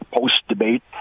post-debate